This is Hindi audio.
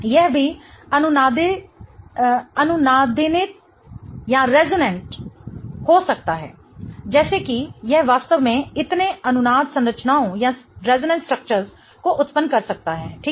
यह भीअनुनादीनित हो सकता है जैसे कि यह वास्तव में इतने अनुनाद संरचनाओं को उत्पन्न कर सकता है ठीक